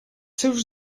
seus